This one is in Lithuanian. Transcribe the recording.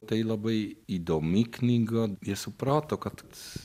tai labai įdomi knyga jie suprato kad